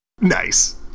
Nice